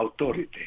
authority